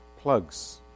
plugs